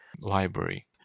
library